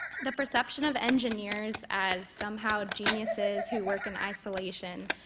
the perception of engineers as somehow geniuses who work in isolation,